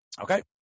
Okay